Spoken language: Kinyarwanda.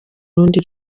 rundi